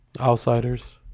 Outsiders